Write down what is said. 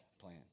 plan